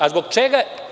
A zbog čega?